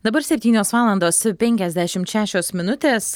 dabar septynios valandos penkiasdešimt šešios minutės